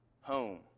home